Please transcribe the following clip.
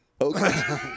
Okay